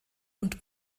und